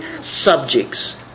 subjects